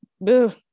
Boo